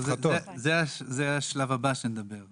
זה השלב הבא שאני אתייחס אליו.